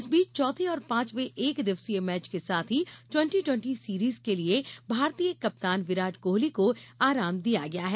इस बीच चौथे और पांचवें एक दिवसीय मैच के साथ ही ट्वेंटी ट्वेंटी सीरीज के लिये भारतीय कप्तान विराट कोहली को आराम दिया गया है